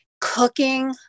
cooking